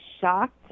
shocked